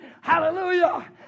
hallelujah